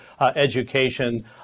education